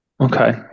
okay